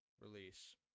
release